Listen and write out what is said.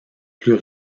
plus